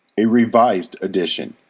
a revised edition,